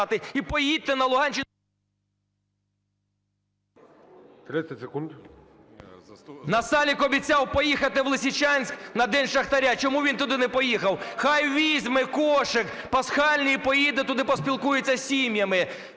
секунд. ШАХОВ С.В. Насалик обіцяв поїхати в Лисичанськ на День шахтаря. Чому він туди не поїхав? Хай візьме кошик пасхальний і поїде туди поспілкується з сім'ями.